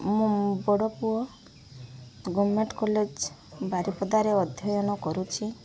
ମୋ ବଡ଼ପୁଅ government college ବାରିପଦାରେ ଅଧ୍ୟୟନ କରୁଛି